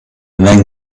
men